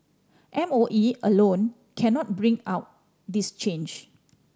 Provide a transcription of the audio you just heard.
M O E alone cannot bring out this change